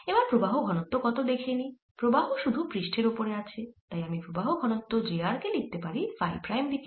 এবার প্রবাহ ঘনত্ব কত দেখে নিই প্রবাহ শুধু পৃষ্ঠের ওপরে আছে তাই আমি প্রবাহ ঘনত্ব j r কে লিখতে পারি ফাই প্রাইম দিকে